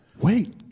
Wait